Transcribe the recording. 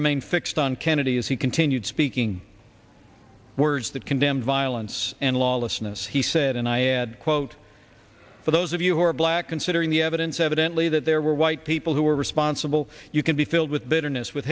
remained fixed on kennedy as he continued speaking words that condemn violence and lawlessness he said and i had quote for those of you who are black considering the evidence evidently that there were white people who are responsible you can be filled with bitterness with